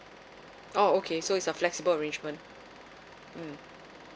oh okay so it's a flexible arrangement mm